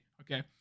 Okay